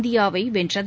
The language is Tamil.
இந்தியாவை வென்றது